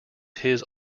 his